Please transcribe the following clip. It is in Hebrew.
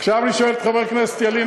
עכשיו אני שואל את חבר הכנסת ילין,